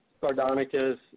Sardonicus